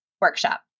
workshop